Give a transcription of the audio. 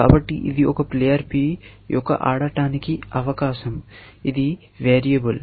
కాబట్టి ఇది ఒక ప్లేయర్ P యాప్ ఆడటానికి అవకాశం ఇది వేరియబుల్